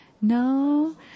no